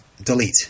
Delete